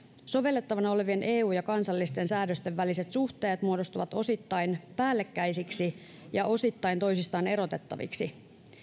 sovellettavana olevien eu ja kansallisten säädösten väliset suhteet muodostuvat osittain päällekkäisiksi ja osittain toisistaan erotettaviksi